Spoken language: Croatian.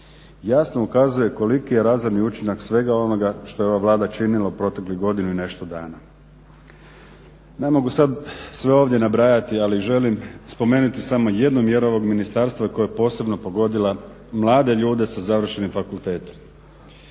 jasno ukazuje koliki je razorni učinak svega onoga što je ova Vlada činila u proteklih godinu i nešto dana. Ne mogu sad sve ovdje nabrajati, ali želim spomenuti samo jednu mjeru ovog Ministarstva koja je posebno pogodila mlade ljude sa završenim fakultetom.